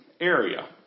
area